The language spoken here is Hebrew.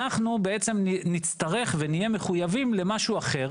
אנחנו בעצם נצטרך ונהיה מחויבים למשהו אחר